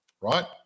right